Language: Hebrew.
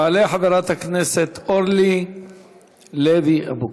תעלה חברת הכנסת אורלי לוי אבקסיס.